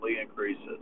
increases